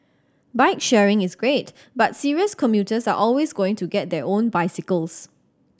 bike sharing is great but serious commuters are always going to get their own bicycles